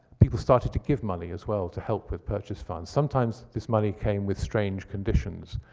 people started to give money as well to help with purchase funds. sometimes, this money came with strange conditions.